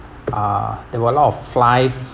uh there were a lot of flies